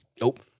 Nope